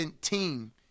Team